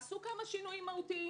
עשו כמה שינויים מהותיים.